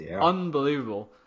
unbelievable